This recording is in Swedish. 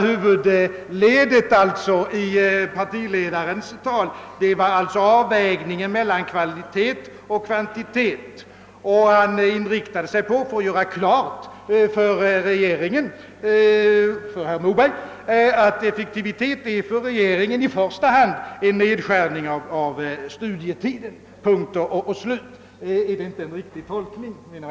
Huvudlinjen i min partiledares tal var avvägningen mellan kvalitet och kvantitet. Han inriktade sig på att göra klart för herr Moberg att effektivitet för regeringen i första hand är detsamma som nedskärning av studietiden — punkt och slut. är det inte en riktig tolkning?